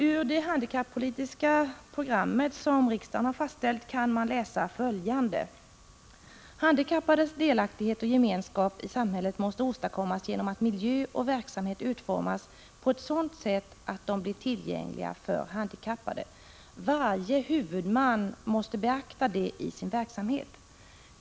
Ur det handikappolitiska programmet som riksdagen har fastställt kan man läsa följande: ”Handikappades delaktighet och gemenskap i samhället måste åstadkommas genom att miljö och verksamhet utformas på ett sådant sätt att de blir tillgängliga för handikappade. Varje huvudman måste beakta det i sin verksamhet.